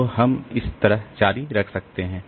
तो हम इस तरह जारी रख सकते हैं